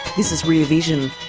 this is rear vision.